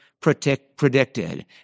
predicted